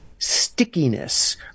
stickiness